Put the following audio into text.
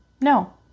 No